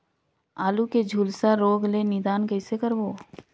आलू के झुलसा रोग ले निदान कइसे करबो?